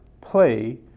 play